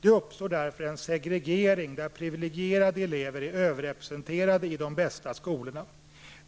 Det uppstår därför en segregering där priviligierade elever är överrepresenterade i de bästa skolorna.